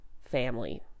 family